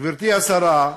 גברתי השרה,